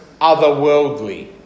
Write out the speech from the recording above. otherworldly